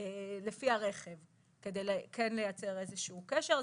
לפי הרכב כדי כן לייצר איזשהו קשר.